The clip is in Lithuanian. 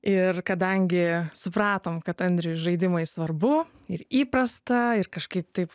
ir kadangi supratom kad andriui žaidimai svarbu ir įprasta ir kažkaip taip